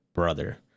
brother